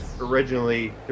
originally